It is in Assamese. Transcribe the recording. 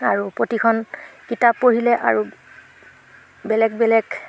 আৰু প্ৰতিখন কিতাপ পঢ়িলে আৰু বেলেগ বেলেগ